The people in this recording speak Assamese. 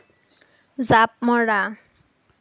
জাপ মৰা